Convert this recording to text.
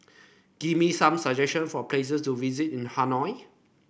give me some suggestion for places to visit in Hanoi